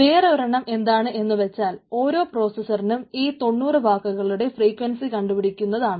വേറൊരെണ്ണം എന്താണെന്നുവെച്ചാൽ ഓരോ പ്രോസസറിനും ഈ 90 വാക്കുകളുടെ ഫ്രീക്വൻസി കണ്ടുപിടിക്കുന്നതാണ്